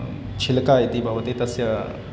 छिलका इति भवति तस्य